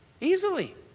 easily